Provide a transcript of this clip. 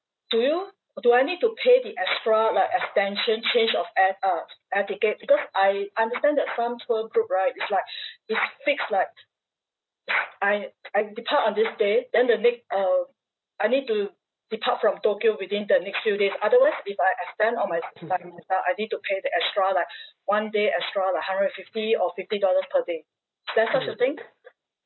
do you do I need to pay the extra like extension change of air uh air ticket because I understand that some tour group right is like it's fixed like I I depart on this day then the nex~ uh I need to depart from tokyo within the next few days otherwise if I extend on my I need to pay the extra like one day extra like hundred and fifty or fifty dollars per day is there such a thing